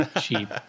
cheap